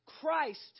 Christ